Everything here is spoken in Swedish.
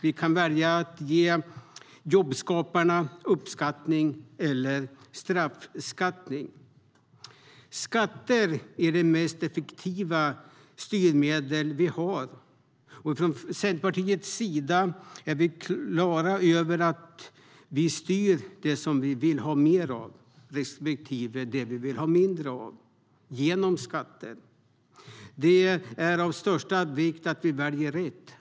Vi kan välja att ge jobbskaparna uppskattning eller straffskattning. Skatter är det mest effektiva styrmedel vi har. Från Centerpartiets sida är vi klara över att vi styr det vi vill ha mer av respektive det vi vill ha mindre av med hjälp av skatter. Det är av största vikt att vi väljer rätt.